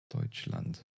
Deutschland